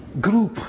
group